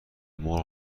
مرغ